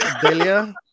Delia